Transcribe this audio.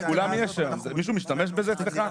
מישהו משתמש בזה אצלך?